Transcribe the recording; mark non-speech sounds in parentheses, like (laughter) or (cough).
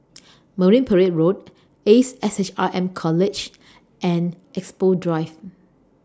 (noise) Marine Parade Road Ace S H R M College and Expo Drive